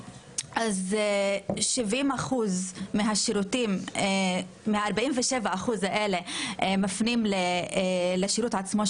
70% מתוך ה-47% האלה מפנים לשירות עצמו,